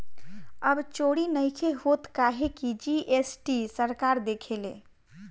अब चोरी नइखे होत काहे की जी.एस.टी सरकार देखेले